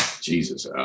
Jesus